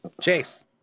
Chase